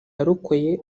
yarokoye